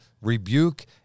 rebuke